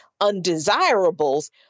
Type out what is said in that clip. undesirables